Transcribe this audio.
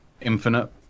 Infinite